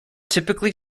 typically